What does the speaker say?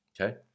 okay